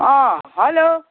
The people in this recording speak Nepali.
अँ हेलो